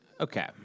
Okay